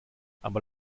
aber